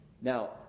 Now